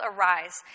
arise